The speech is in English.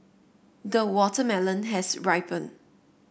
the watermelon has ripened